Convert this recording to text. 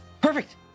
Perfect